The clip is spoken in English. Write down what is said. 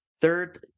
third